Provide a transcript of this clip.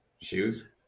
Shoes